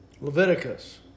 Leviticus